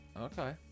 Okay